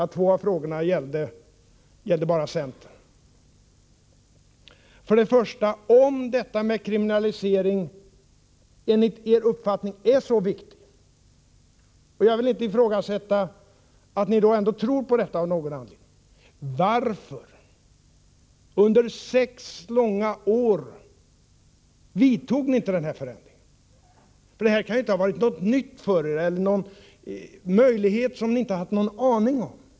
Bara två av frågorna gällde centern. För det första: Om detta med kriminalisering enligt er uppfattning är så viktigt— jag vill inte ifrågasätta att ni av någon anledning tror på detta — varför vidtog ni då inte denna åtgärd under de sex långa år som ni hade majoritet? Detta kan ju inte vara någonting nytt för er eller en möjlighet som ni då inte hade en aning om.